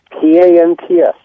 P-A-N-T-S